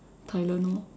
tilione orh